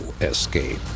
escape